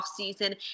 offseason